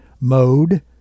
mode